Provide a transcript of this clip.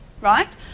Right